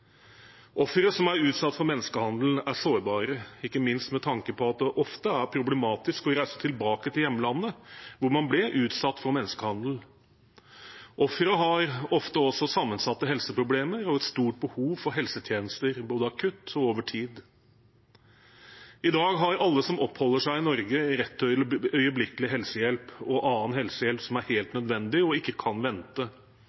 Ofre som er utsatt for menneskehandel, er sårbare, ikke minst med tanke på at det ofte er problematisk å reise tilbake til hjemlandet, hvor man ble utsatt for menneskehandel. Ofre har ofte også sammensatte helseproblemer og stort behov for helsetjenester både akutt og over tid. I dag har alle som oppholder seg i Norge, rett til øyeblikkelig helsehjelp og annen helsehjelp som er helt